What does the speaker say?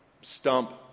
stump